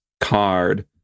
card